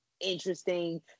interesting